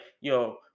yo